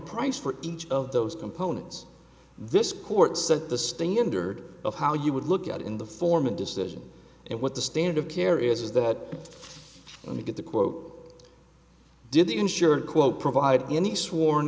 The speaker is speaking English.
price for each of those components this court set the standard of how you would look at it in the form of decision and what the standard of care is that when you get the quote did the insurer quote provide any sworn